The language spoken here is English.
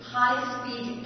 high-speed